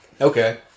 Okay